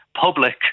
public